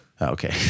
Okay